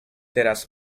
teraz